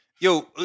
yo